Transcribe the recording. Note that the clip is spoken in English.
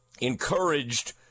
encouraged